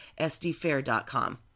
sdfair.com